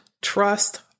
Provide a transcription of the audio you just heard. trust